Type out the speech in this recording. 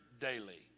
daily